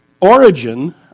origin